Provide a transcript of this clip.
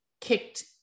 kicked